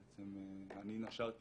בעצם אני נשרתי